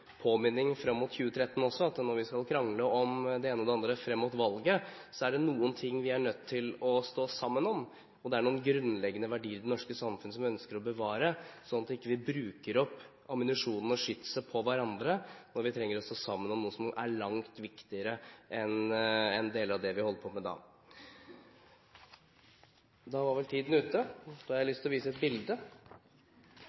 påminning frem mot 2013 at når vi skal krangle om det ene og det andre frem mot valget, er det noe vi er nødt til å stå sammen om. Det er noen grunnleggende verdier i det norske samfunn som vi ønsker å bevare, sånn at vi ikke bruker opp ammunisjonen og skytset på hverandre, når vi trenger å stå sammen om noe som er langt viktigere enn deler av det vi holder på med da. Da var vel tiden ute. Jeg har